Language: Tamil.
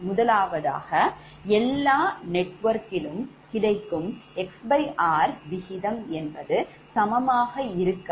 முதலாவது அனுமானமானது எல்லா நெட்வொர்க்கிலும் கிடைக்கும் 𝑋𝑅 விகிதம் என்பது சமமாக இருக்காது